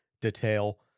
detail